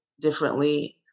differently